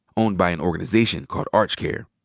owned by an organization called archcare.